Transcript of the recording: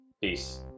Peace